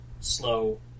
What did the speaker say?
slow